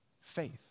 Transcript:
faith